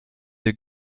the